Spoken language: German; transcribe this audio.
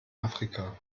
afrika